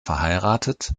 verheiratet